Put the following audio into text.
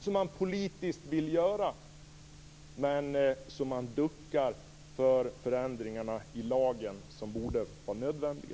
som man politiskt vill göra men ducka för de förändringar i lagen som borde vara nödvändiga.